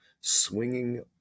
swinging